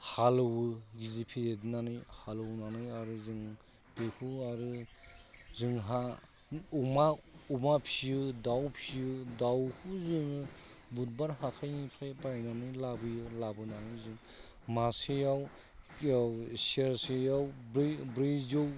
हालएवो गिदिर फेदेरनानै हालएवनानै आरो जों बेखौ आरो जोंहा अमा अमा फियो दाउ फियो दाउखौ जोङो बुधबार हाथायनिफ्राय बायनानै लाबोयो लाबोनानै जों मासेयाव सेरसेयाव ब्रैजौ